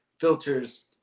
Filters